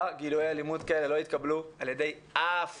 גילויי אלימות כאלה לא יתקבלו על ידי אף